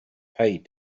paid